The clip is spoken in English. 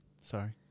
Sorry